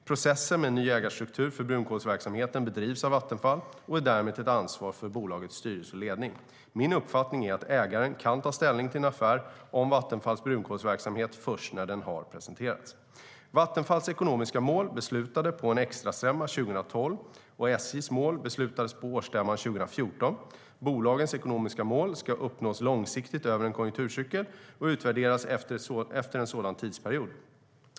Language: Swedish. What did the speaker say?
Processen med en ny ägarstruktur för brunkolsverksamheten bedrivs av Vattenfall och är därmed ett ansvar för bolagets styrelse och ledning. Min uppfattning är att ägaren kan ta ställning till en affär om Vattenfalls brunkolsverksamhet först när den presenteras. Vattenfalls ekonomiska mål beslutades på en extrastämma 2012, och SJ:s mål beslutades på årsstämman 2014. Bolagens ekonomiska mål ska uppnås långsiktigt över en konjunkturcykel och utvärderas efter en sådan tidsperiod.